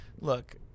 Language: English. Look